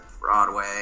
Broadway –